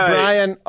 Brian